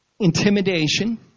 Intimidation